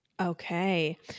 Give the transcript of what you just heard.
Okay